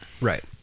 Right